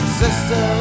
sister